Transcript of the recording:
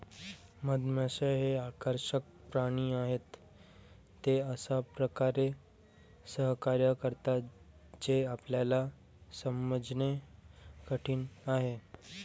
मधमाश्या हे आकर्षक प्राणी आहेत, ते अशा प्रकारे सहकार्य करतात जे आपल्याला समजणे कठीण आहे